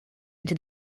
into